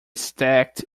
stacked